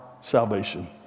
salvation